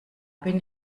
bin